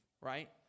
right